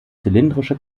zylindrische